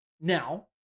Now